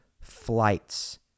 flights